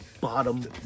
bottom